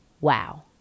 wow